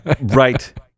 Right